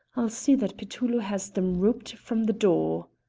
i'll see that petullo has them rouped from the door.